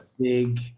big